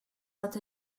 not